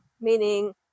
meaning